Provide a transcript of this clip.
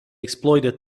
exploited